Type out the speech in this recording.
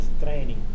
training